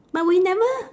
but we never